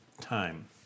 time